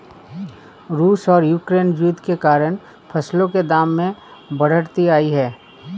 रूस और यूक्रेन युद्ध के कारण फसलों के दाम में बढ़ोतरी आई है